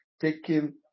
taking